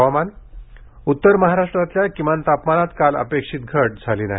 हवामान उतर महाराष्ट्रातल्या किमान तापमानात काल अपेक्षित घट झाली नाही